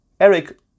Eric